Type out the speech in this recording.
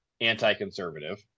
anti-conservative